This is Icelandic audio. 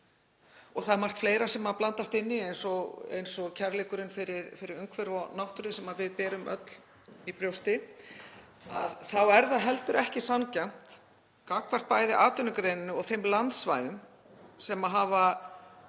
og það er margt fleira sem blandast inn í eins og kærleikurinn fyrir umhverfi og náttúru sem við berum öll í brjósti — að það sé ekki sanngjarnt gagnvart bæði atvinnugreininni og þeim landsvæðum sem hafa